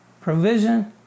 provision